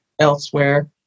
elsewhere